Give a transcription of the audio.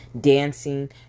dancing